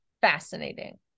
fascinating